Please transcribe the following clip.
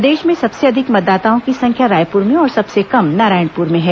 प्रदेश में सबसे अधिक मतदाताओं की संख्या रायपुर में और सबसे कम नारायणपुर में है